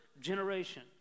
generation